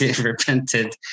Repented